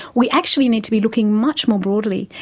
we actually need to be looking much more broadly.